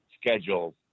schedule